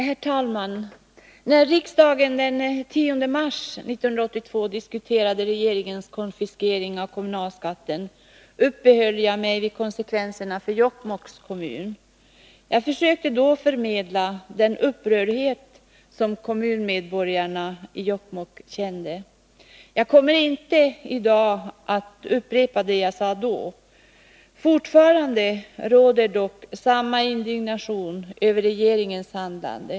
Herr talman! När riksdagen den 10 mars 1982 diskuterade regeringens konfiskering av kommunalskatten, uppehöll jag mig vid konsekvenserna för Jokkmokks kommun. Jag försökte då förmedla den upprördhet som kommunmedborgarna i Jokkmokk kände. Jag kommer inte i dag att upprepa det jag då sade. Fortfarande råder dock samma indignation över regeringens handlande.